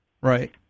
Right